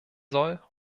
soll